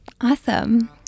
Awesome